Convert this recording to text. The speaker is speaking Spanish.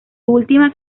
últimas